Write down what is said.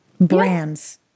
Brands